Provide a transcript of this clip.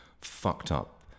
fucked-up